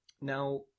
now